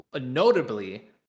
Notably